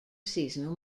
seasonal